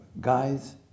guys